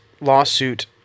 lawsuit